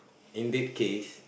in that case